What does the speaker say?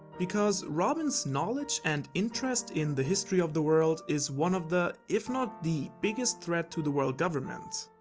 because robin's knowledge and interest in the history of the world is one of the, if not the biggest threat to the world government.